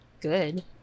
good